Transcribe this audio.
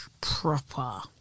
proper